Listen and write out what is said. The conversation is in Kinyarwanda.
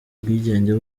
ubwigenge